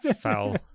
foul